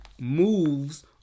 moves